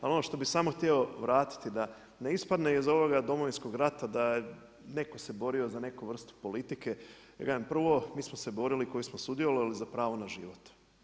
Ali ono što bi samo htio vratiti, da ne ispadne iz ovog Domovinskog rata, da se je netko borio za neku vrstu politike, da kažem, prvo mi smo se borili koji smo sudjelovali za pravo na život.